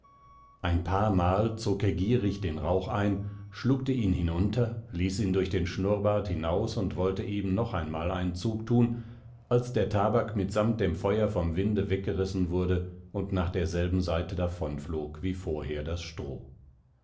ein paarmal zog er gierig den rauch ein schluckte ihn hinunter ließ ihn durch den schnurrbart hinaus und wollte eben noch einmal einen zug tun als der tabak mitsamt dem feuer vom winde weggerissen wurde und nach derselben seite davonflog wie vorher das stroh